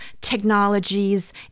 technologies